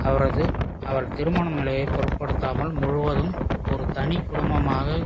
அவரது அவர் திருமண நிலையை பொருட்படுத்தாமல் முழுவதும் ஒரு தனி குடும்பமாக